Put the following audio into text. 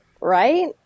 Right